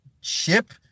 ship